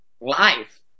life